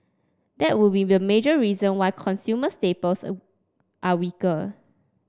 that would be the major reason why consumer staples are weaker